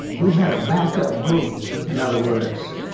we had a backup group in other words.